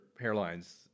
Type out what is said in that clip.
hairlines